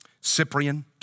Cyprian